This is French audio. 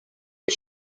des